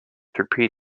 through